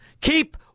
keep